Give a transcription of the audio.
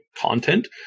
content